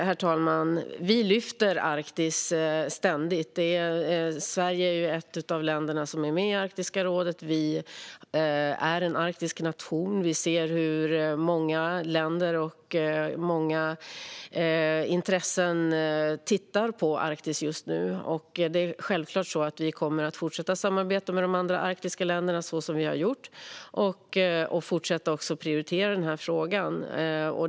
Herr talman! Vi lyfter ständigt fram Arktis. Sverige är ju ett av de länder som är med i Arktiska rådet. Vi är en arktisk nation. Många länder och intressen tittar på Arktis just nu. Vi kommer självklart att fortsätta samarbeta med de andra arktiska länderna, så som vi har gjort. Vi kommer också att fortsätta prioritera den här frågan.